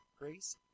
Grace